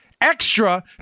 extra